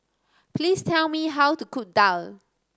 please tell me how to cook daal